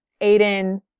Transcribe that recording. Aiden